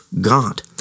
God